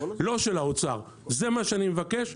לא של האוצר זה מה שאני מבקש,